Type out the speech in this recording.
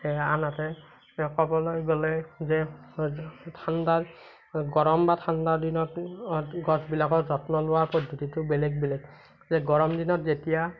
আনহাতে ঠাণ্ডা গৰম বা ঠাণ্ডা দিনত গছবিলাকৰ যত্ন লোৱাৰ পদ্ধতিটো বেলেগ বেলেগ যে গৰম দিনত যেতিয়া